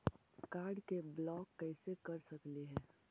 Card के block कैसे कर सकली हे?